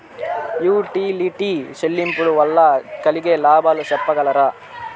Utility చెల్లింపులు వల్ల కలిగే లాభాలు సెప్పగలరా?